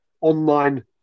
online